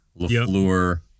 Lafleur